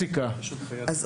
ראשית,